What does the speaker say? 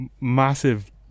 massive